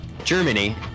Germany